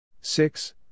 six